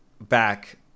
back